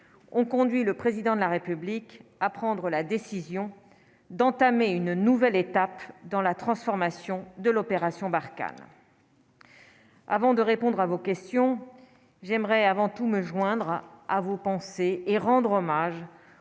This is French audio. ont conduit le président de la République à prendre la décision d'entamer une nouvelle étape dans la transformation de l'opération Barkhane avant de répondre à vos questions, j'aimerais avant tout me joindre à vous pensez et rendre hommage